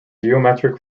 geometric